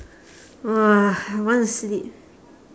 !wah! I want to sleep